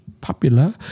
popular